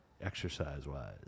exercise-wise